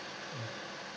mmhmm